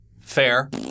Fair